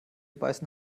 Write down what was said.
beißen